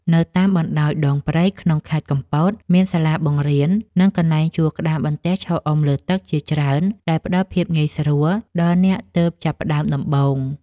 នៅតាមបណ្ដោយដងព្រែកក្នុងខេត្តកំពត មានសាលាបង្រៀន និងកន្លែងជួលក្តារបន្ទះឈរអុំលើទឹកជាច្រើនដែលផ្ដល់ភាពងាយស្រួលដល់អ្នកទើបចាប់ផ្ដើមដំបូង។